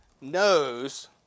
knows